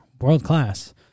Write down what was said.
world-class